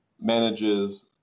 manages